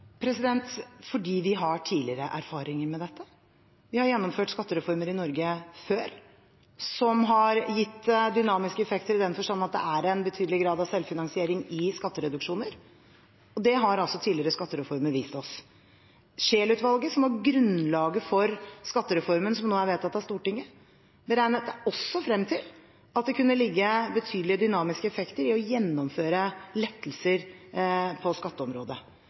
Fordi vi har tidligere erfaringer med dette. Vi har gjennomført skattereformer i Norge før som har gitt dynamiske effekter, i den forstand at det er en betydelig grad av selvfinansiering i skattereduksjoner, og det har altså tidligere skattereformer vist oss. Scheel-utvalget, som var grunnlaget for skattereformen som nå er vedtatt av Stortinget, beregnet seg også frem til at det kunne ligge betydelige dynamiske effekter i å gjennomføre lettelser på skatteområdet.